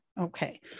Okay